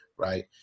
Right